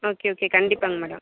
okay okay கண்டிப்பாங்க madam